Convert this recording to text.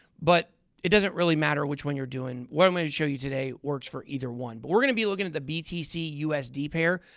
but it doesn't really matter which one you're doing. what i'm going to show you today works for either one. but we're going to be looking at the btc usd pair.